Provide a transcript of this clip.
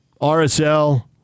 RSL